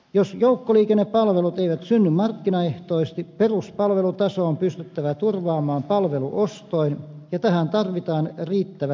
jos joukkoliikennepalvelut eivät synny markkinaehtoisesti peruspalvelutaso on pystyttävä turvaamaan palveluostoin ja tähän tarvitaan riittävät resurssit